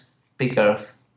speakers